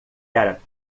era